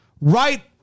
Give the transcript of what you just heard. right